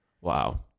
Wow